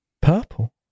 purple